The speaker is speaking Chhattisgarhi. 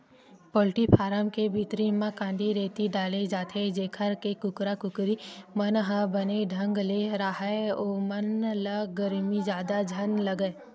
पोल्टी फारम के भीतरी म कांदी, रेती डाले जाथे जेखर ले कुकरा कुकरी मन ह बने ढंग ले राहय ओमन ल गरमी जादा झन लगय